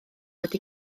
wedi